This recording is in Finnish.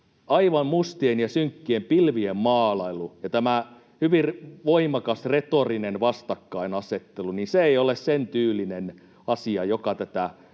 aivan mustien ja synkkien pilvien maalailu ja tämä hyvin voimakas retorinen vastakkainasettelu ei ole sentyylinen asia, joka tätä